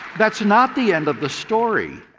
that is not the end of the story.